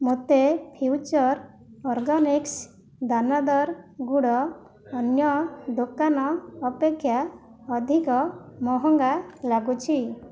ମୋତେ Future Organics ଦାନାଦାର ଗୁଡ଼ ଅନ୍ୟ ଦୋକାନ ଅପେକ୍ଷା ଅଧିକ ମହଙ୍ଗା ଲାଗୁଛି